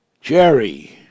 Jerry